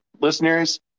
listeners